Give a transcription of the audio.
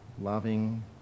loving